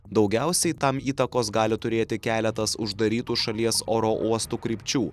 daugiausiai tam įtakos gali turėti keletas uždarytų šalies oro uostų krypčių